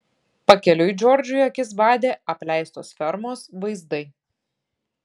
pakeliui džordžui akis badė apleistos fermos vaizdai